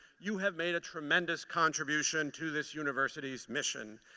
you have made a tremendous contribution to this university's mission.